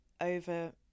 over